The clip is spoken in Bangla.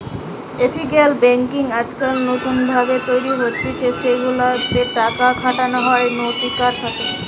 এথিকাল বেঙ্কিং আজকাল নতুন ভাবে তৈরী হতিছে সেগুলা তে টাকা খাটানো হয় নৈতিকতার সাথে